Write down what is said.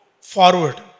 forward